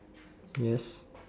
yes